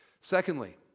Secondly